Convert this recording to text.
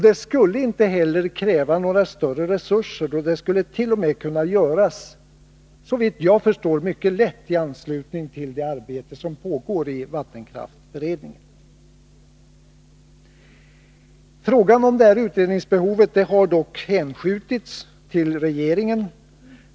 Det skulle inte heller kräva några större resurser, och det skulle såvitt jag förstår t.o.m. kunna göras mycket lätt i anslutning till det arbete som pågår i vattenkraftberedningen. Frågan om utredningsbehovet har dock hänskjutits till regeringen.